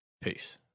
Peace